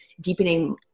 deepening